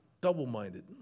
Double-minded